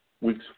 weeks